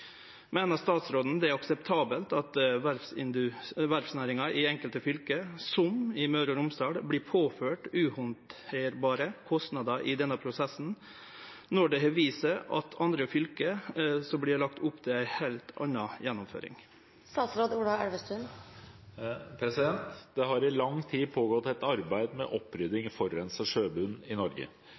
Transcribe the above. Mener statsråden det er akseptabelt at verftnæringen i enkelte fylker, som i Møre og Romsdal, blir påført uhåndterbare kostnader i denne prosessen, når det har vist seg at andre fylker legger opp til en helt annen gjennomføring?» Det har i lang tid pågått et arbeid med opprydding i forurenset sjøbunn i Norge.